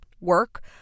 work